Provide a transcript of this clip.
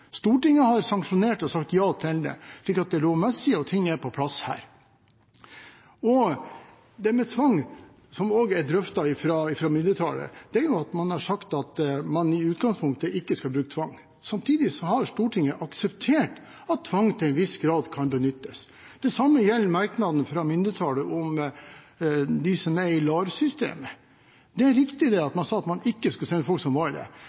Stortinget har sanksjonert og sagt ja til det, slik at det lovmessige og andre ting er på plass. Når det gjelder tvang, som også er drøftet av mindretallet, har man sagt at man i utgangspunktet ikke skal bruke tvang. Samtidig har Stortinget akseptert at tvang til en viss grad kan benyttes. Det samme gjelder merknaden fra mindretallet om de som er i LAR-systemet. Det er riktig at man sa at man ikke skulle sende ut folk som er i LAR-systemet, men det